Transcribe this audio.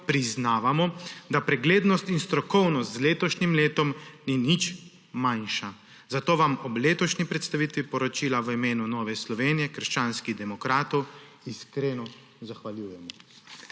priznavamo, da preglednost in strokovnost z letošnjim letom ni nič manjša. Zato se vam ob letošnji predstavitvi poročila v imenu Nove Slovenije – krščanskih demokratov iskreno zahvaljujemo.